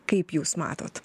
kaip jūs matot